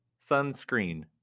Sunscreen